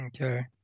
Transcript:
Okay